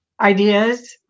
ideas